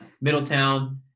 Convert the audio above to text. Middletown